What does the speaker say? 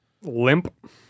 limp